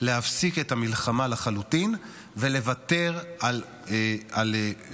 להפסיק את המלחמה לחלוטין ולוותר על המטרות